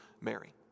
Mary